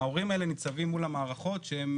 ההורים האלה ניצבים מול המערכות כשהם